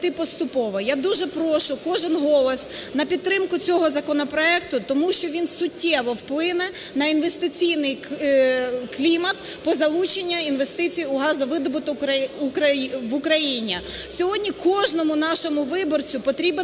Я дуже прошу кожен голос на підтримку цього законопроекту, тому що він суттєво вплине на інвестиційний клімат по залученню інвестицій в газовидобуток в Україні. Сьогодні кожному нашому виборцю потрібен